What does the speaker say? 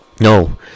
No